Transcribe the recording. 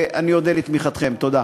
אני אודה לכם על תמיכתכם.